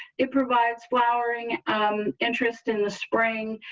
it provides flowering um interest in the spring.